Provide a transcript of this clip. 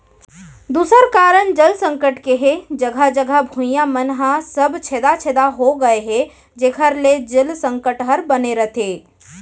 दूसर कारन जल संकट के हे जघा जघा भुइयां मन ह सब छेदा छेदा हो गए हे जेकर ले जल संकट हर बने रथे